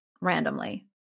randomly